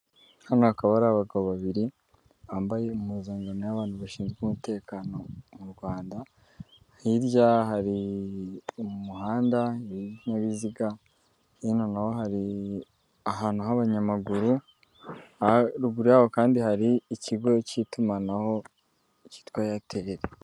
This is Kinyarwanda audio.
Hano hakaba hari abagabo babiri bambaye impuzankano y'abantu bashinzwe umutekano mu Rwanda, hirya hari umuhanda w'ibinyabiziga, hino na ho hari ahantu h'abanyamaguru, ruguru yaho kandi hari ikigo cy'itumanaho cyitwa eyateri.